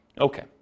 Okay